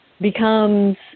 becomes